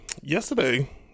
yesterday